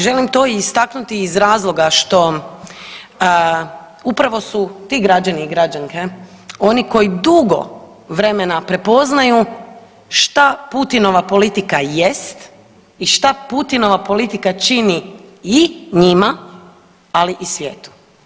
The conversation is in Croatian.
Želim to i istaknuti iz razloga što upravo su ti građani i građanke oni koji dugo vremena prepoznaju šta Putinova politika jest i šta Putinova politika čini i njima, ali i svijetu.